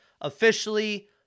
officially